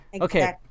Okay